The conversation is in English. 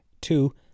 Two